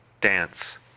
dance